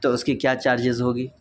تو اس کی کیا چاجز ہوگی